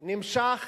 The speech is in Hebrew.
נמשך,